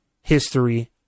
history